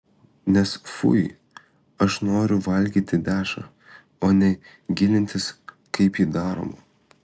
nes fui aš noriu valgyti dešrą o ne gilintis kaip ji daroma